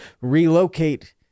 relocate